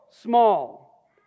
small